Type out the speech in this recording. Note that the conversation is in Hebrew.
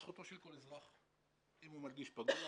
זכותו של כל אזרח אם הוא מרגיש פגוע,